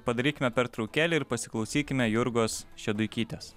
padarykime pertraukėlę ir pasiklausykime jurgos šeduikytės